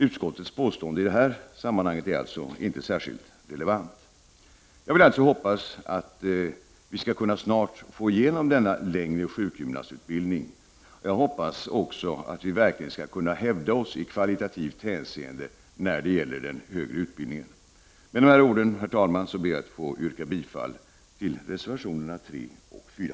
Utskottets påstående är alltså inte särskilt relevant. Jag hoppas därför att vi snart skall få igenom förslaget om längre sjukgymnastutbildning, och jag hoppas också att Sverige verkligen skall kunna hävda sig i kvalitativt hänseende när det gäller den högre utbildningen. Med dessa ord, herr talman, ber jag att få yrka bifall till reservationerna 3 och 4.